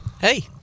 hey